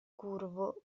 curvo